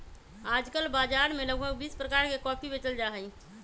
आजकल बाजार में लगभग बीस प्रकार के कॉफी बेचल जाहई